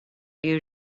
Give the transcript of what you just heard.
you